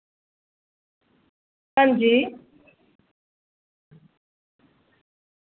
हां जी